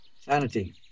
Sanity